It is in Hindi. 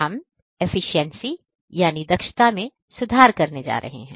हम efficiency दक्षता में सुधार करने जा रहे हैं